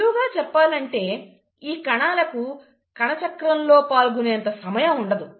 సులువుగా చెప్పాలంటే ఈ కణాలకు కణచక్రం లో పాల్గొనేంత సమయం ఉండదు